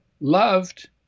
loved